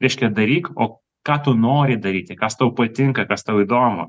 reiškia daryk o ką tu nori daryti kas tau patinka kas tau įdomu